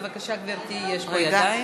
בבקשה, גברתי, יש פה ידיים.